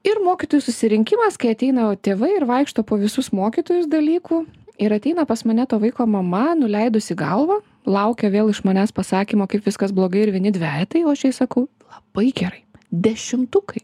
ir mokytojų susirinkimas kai ateina tėvai ir vaikšto po visus mokytojus dalykų ir ateina pas mane to vaiko mama nuleidusi galvą laukia vėl iš manęs pasakymo kaip viskas blogai ir vieni dvejetai o aš jai sakau labai gerai dešimtukai